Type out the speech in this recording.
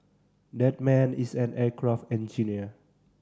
that man is an aircraft engineer